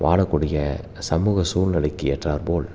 வாழக்கூடிய சமூக சூழ்நிலைக்கி ஏற்றாற்போல்